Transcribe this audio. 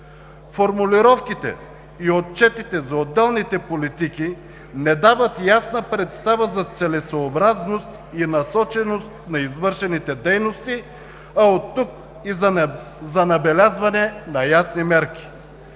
Формулировките и отчетите за отделните политики не дават ясна представа за целесъобразност и насоченост на извършените дейности, а от тук и за набелязване на ясни мерки.